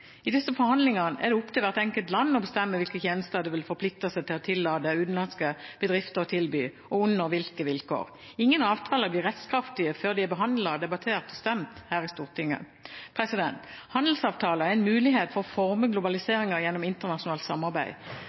I disse forhandlingene er det opp til hvert enkelt land å bestemme hvilke tjenester det vil forplikte seg til å tillate utenlandske bedrifter å tilby, og under hvilke vilkår. Ingen avtaler blir rettskraftig før de er behandlet, debattert og stemt over her i Stortinget. Handelsavtaler er en mulighet til å forme globaliseringen gjennom internasjonalt samarbeid.